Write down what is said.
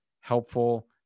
helpful